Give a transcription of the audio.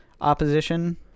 opposition